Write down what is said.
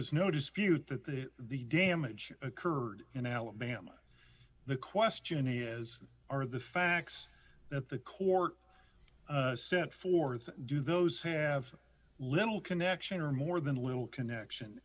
is no dispute that the damage occurred in alabama the question is are the facts that the court set forth do those have little connection or more than little connection